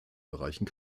bereichen